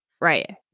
right